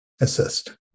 assist